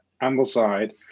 Ambleside